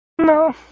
No